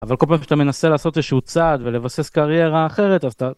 אבל כל פעם כשאתה מנסה לעשות איזשהו צעד ולבסס קריירה אחרת, אז אתה...